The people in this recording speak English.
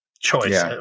choice